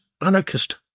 anarchist